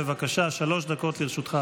בבקשה, שלוש דקות לרשותך,